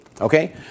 Okay